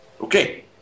Okay